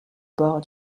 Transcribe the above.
bord